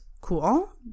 cool